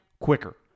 quicker